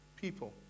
people